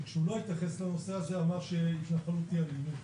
כשהוא אמר, התנחלות היא אלימות.